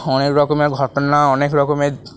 অনেক রকমের ঘটনা অনেক রকমের